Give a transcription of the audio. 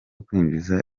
kwinjiza